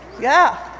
yeah,